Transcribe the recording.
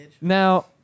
Now